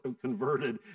converted